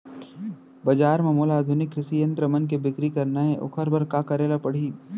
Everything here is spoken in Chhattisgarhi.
बजार म मोला आधुनिक कृषि यंत्र मन के बिक्री करना हे ओखर बर का करे ल पड़ही?